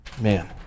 Man